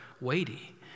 weighty